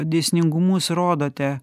dėsningumus rodote